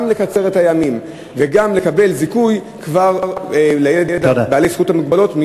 גם לקצר את הימים וגם לקבל זיכוי מייד עבור ילדים בעלי מוגבלויות.